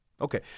Okay